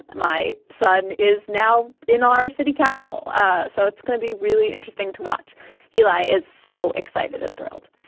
my son is now in our city council ah so it's going to be really interesting to watch eli is so excited and thrilled